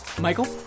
michael